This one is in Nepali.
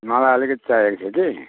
मलाई अलिकति चाहिएको थियो कि